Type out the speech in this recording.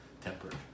tempered